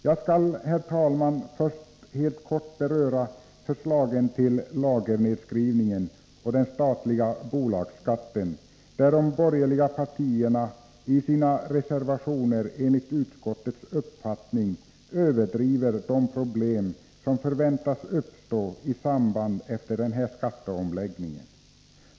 Jag skall, herr talman, först helt kort beröra förslagen i fråga om lagernedskrivningen och den statliga bolagsskatten. Enligt utskottsmajoritetens uppfattning överdriver de borgerliga partierna på dessa punkter det problem som förväntas uppstå i samband med och efter den föreslagna skatteomläggningen.